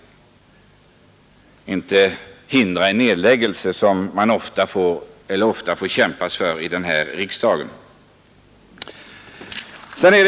Det är inte fråga om att hindra en nedläggelse, som man annars ofta får kämpa för här i riksdagen.